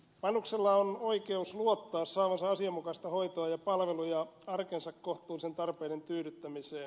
vanhuksella on oikeus luottaa saavansa asianmukaista hoitoa ja palveluja arkensa kohtuullisten tarpeiden tyydyttämiseen